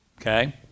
okay